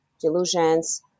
delusions